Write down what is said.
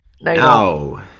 No